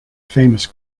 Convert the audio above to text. famous